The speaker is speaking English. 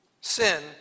Sin